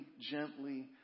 gently